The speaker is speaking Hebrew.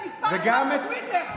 אני מס' אחת בטוויטר.